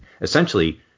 essentially